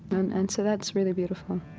and and so that's really beautiful